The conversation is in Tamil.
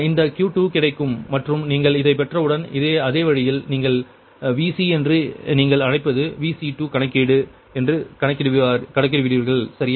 இந்த Q2 கிடைக்கும் மற்றும் நீங்கள் இதைப் பெற்றவுடன் அதே வழியில் நீங்கள் Vc என்று நீங்கள் அழைப்பது Vc2 கணக்கீடு என்று கணக்கிடுவீர்கள் சரியா